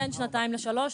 בין שנתיים לשלוש,